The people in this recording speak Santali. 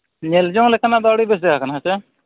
ᱧᱮᱞᱡᱚᱝ ᱞᱮᱠᱟᱱᱟᱜᱫᱚ ᱟᱹᱰᱤ ᱵᱮᱥ ᱡᱟᱜᱟ ᱠᱟᱱᱟ ᱦᱮᱸ ᱥᱮ